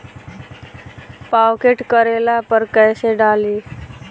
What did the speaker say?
Pocket करेला पर कैसे डाली?